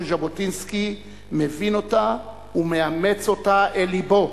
ז'בוטינסקי מבין אותה ומאמץ אותה אל לבו.